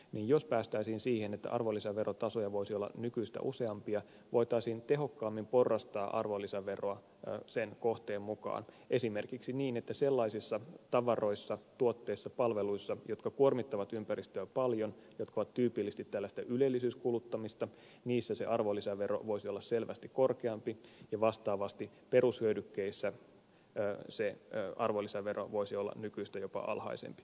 jos päästäisiin siihen että arvonlisäverotasoja voisi olla nykyistä useampia voitaisiin tehokkaammin porrastaa arvonlisäveroa sen kohteen mukaan esimerkiksi niin että sellaisissa tavaroissa tuotteissa palveluissa jotka kuormittavat ympäristöä paljon jotka ovat tyypillisesti tällaista ylellisyyskuluttamista se arvonlisävero voisi olla selvästi korkeampi ja vastaavasti perushyödykkeissä se arvonlisävero voisi olla jopa nykyistä alhaisempi